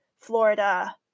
Florida